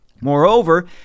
Moreover